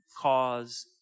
cause